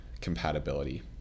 compatibility